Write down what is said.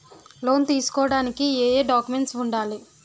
Loan తీసుకోడానికి ఏయే documents వుండాలి?